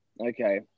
Okay